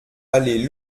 allée